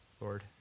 Lord